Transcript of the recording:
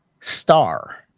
Star